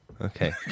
Okay